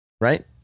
right